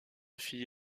fille